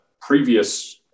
previous